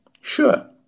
Sure